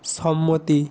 সম্মতি